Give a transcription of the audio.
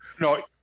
No